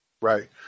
Right